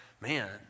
man